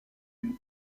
une